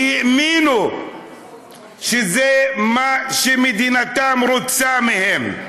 כי האמינו שזה מה שמדינתם רוצה מהם.